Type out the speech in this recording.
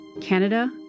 Canada